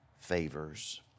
favors